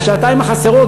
ואת השעתיים החסרות,